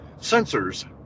sensors